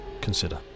consider